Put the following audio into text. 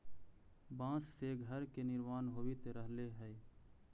बाँस से घर के निर्माण होवित रहले हई